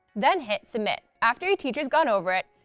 then hit submit. after your teacher has gone over it,